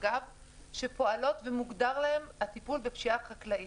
שפועלות ומוגדר להן הטיפול בפשיעה חקלאית.